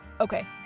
Okay